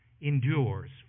endures